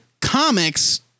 comics